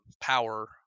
power